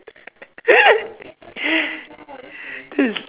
this is